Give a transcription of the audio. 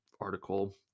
article